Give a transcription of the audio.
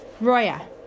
Roya